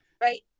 right